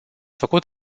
făcut